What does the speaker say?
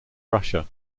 russia